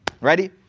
Ready